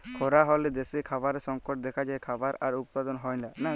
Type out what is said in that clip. খরা হ্যলে দ্যাশে খাবারের সংকট দ্যাখা যায়, খাবার আর উৎপাদল হ্যয় লায়